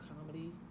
comedy